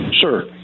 Sure